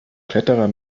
kletterer